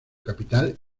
capital